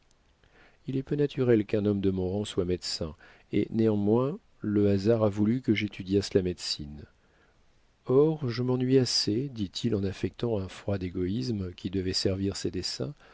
il est peu naturel qu'un homme de mon rang soit médecin et néanmoins le hasard a voulu que j'étudiasse la médecine or je m'ennuie assez dit-il en affectant un froid égoïsme qui devait servir ses desseins